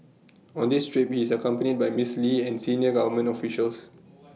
on this trip he is accompanied by miss lee and senior government officials